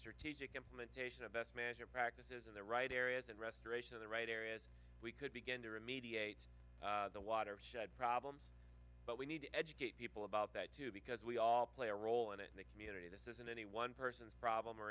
strategic implementation of best manager practices of the right areas and restoration of the right areas we could begin to remediate the watershed problems but we need to educate people about that too because we all play a role in it the community this isn't any one person's problem or